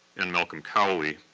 and malcolm cowley,